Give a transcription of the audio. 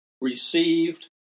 Received